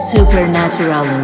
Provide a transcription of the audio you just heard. Supernatural